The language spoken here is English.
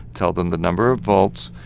tell them the number of volts,